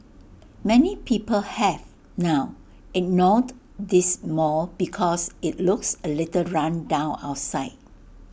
many people have now ignored this mall because IT looks A little run down outside